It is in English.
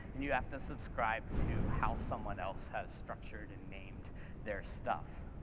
and you have to subscribe to how someone else has structured and named their stuff,